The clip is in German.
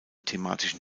thematischen